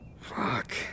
fuck